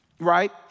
right